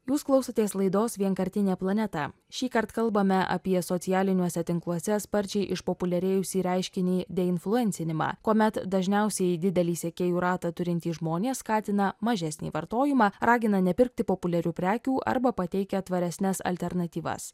jūs klausotės laidos vienkartinė planeta šįkart kalbame apie socialiniuose tinkluose sparčiai išpopuliarėjusį reiškinį deinfluencinimą kuomet dažniausiai didelį sekėjų ratą turintys žmonės skatina mažesnį vartojimą ragina nepirkti populiarių prekių arba pateikia tvaresnes alternatyvas